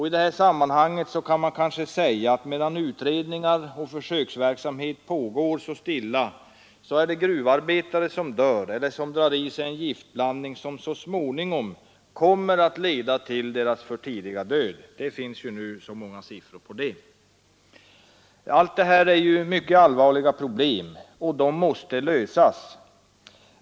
I det här sammanhanget kan man kanske säga: Medan utredningar och försöksverksamhet pågår så stilla, är det gruvarbetare som dör eller som drar i sig en giftblandning som så småningom kommer att leda fram till deras förtidiga död. — Det finns nu många siffror som visar det. Allt det här är mycket allvarliga problem, och de måste lösas.